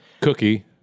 Cookie